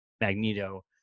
Magneto